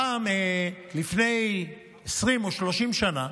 פעם, לפני 20 או 30 שנה,